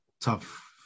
tough